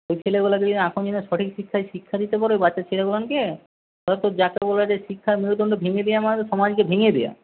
ওই ছেলাগুলোকে এখন যদি সঠিক শিক্ষায় শিক্ষা দিতে পারে ওই বাচ্চা ছেলেগুলোকে তো যাকে বলা হয়েছে শিক্ষার মেরুদণ্ড ভেঙে দেওয়া মানে তো সমাজকে ভেঙে দেওয়া